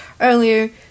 earlier